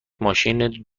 ماشین